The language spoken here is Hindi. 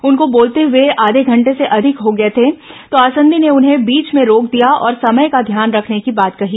उनको बोलते हए आघे घंटे से अधिक हो गए थे तो आसंदी ने उन्हें बीच में रोक दिया और समय का ध्यान रखने की बात कहीं